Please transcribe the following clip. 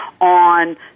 on